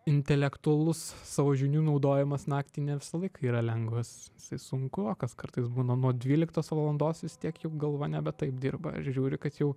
intelektualus savo žinių naudojimas naktį ne visą laiką yra lengvas isai sunkokas kartais būna nuo dvyliktos valandos vis tiek juk galva nebe taip dirba žiūri kad jau